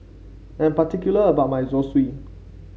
I'm particular about my Zosui